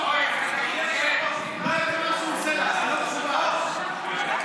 לבוא ולענות, להשתמש בפריימריז אחר כך.